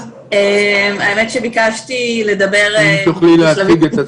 איך אנחנו מונעים את זה?